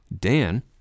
Dan